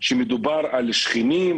שמדובר על שכנים,